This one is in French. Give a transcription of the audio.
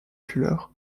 fuller